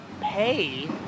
pay